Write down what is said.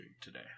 today